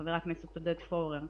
חבר הכנסת עודד פורר,